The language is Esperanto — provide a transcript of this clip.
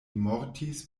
mortis